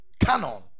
canon